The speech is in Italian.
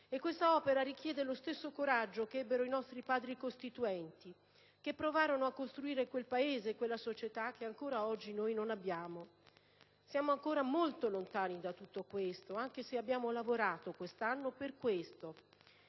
futuro e richiede lo stesso coraggio che ebbero i nostri Padri costituenti, che provarono a costruire quel Paese, quella società, che ancora oggi noi non abbiamo; siamo ancora molto lontani da tutto ciò, anche se quest'anno abbiamo lavorato a tal fine. Per questo,